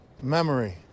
Memory